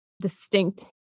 distinct